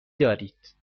دارید